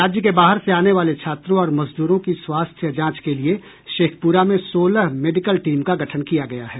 राज्य के बाहर से आने वाले छात्रों और मजदूरों की स्वास्थ्य जांच के लिये शेखपुरा में सोलह मेडिकल टीम का गठन किया गया है